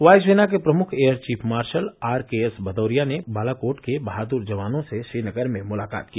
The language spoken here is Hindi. वायुसेना के प्रमुख air chief marshal R K S Bhadauria ने बालाकोट के बहादुर जवानों से श्रीनगर में मुलाकात की